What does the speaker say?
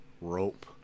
Rope